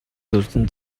суурилсан